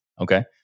Okay